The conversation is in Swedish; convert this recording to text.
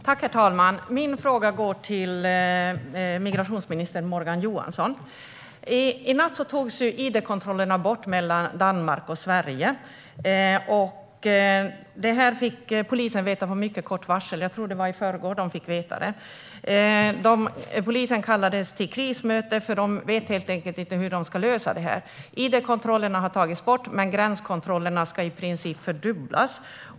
Herr talman! Min fråga går till migrationsminister Morgan Johansson. I natt togs id-kontrollerna bort mellan Danmark och Sverige. Det fick polisen veta med mycket kort varsel. Jag tror att det var i förrgår de fick veta det. Polisen kallades till krismöte. De vet helt enkelt inte hur de ska lösa det. Id-kontrollerna har tagits bort, men gränskontrollerna ska i princip fördubblas.